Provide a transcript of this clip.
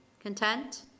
Content